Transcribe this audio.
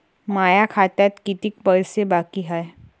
माया खात्यात कितीक पैसे बाकी हाय?